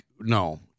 No